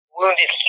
wounded